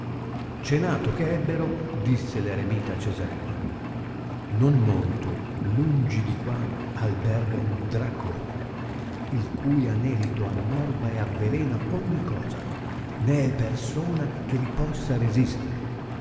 cenato che ebbero disse l'eremita a cesarino non molto lungi di qua alberga un dracone il cui anelito ammorba e avelena ogni cosa né è persona che li possa resistere